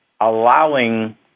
allowing